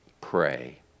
Pray